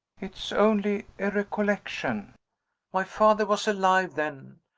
it's only a recollection my father was alive then.